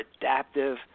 adaptive